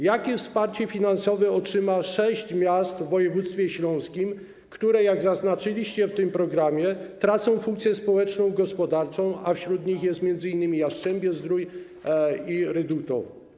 Jakie wsparcie finansowe otrzyma sześć miast w województwie śląskim, które - jak zaznaczyliście w tym programie - tracą funkcję społeczną i gospodarczą, a wśród nich są m.in. Jastrzębie-Zdrój i Rydułtowy?